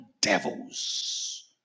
devils